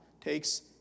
takes